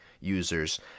users